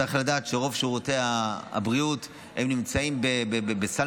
צריך לדעת שרוב שירותי הבריאות נמצאים בסל